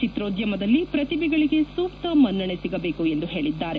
ಚಿತ್ರೋದ್ಯಮದಲ್ಲಿ ಪ್ರತಿಭೆಗಳಿಗೆ ಸೂಕ್ತ ಮನ್ನಣೆ ಸಿಗಬೇಕು ಎಂದು ಹೇಳಿದ್ದಾರೆ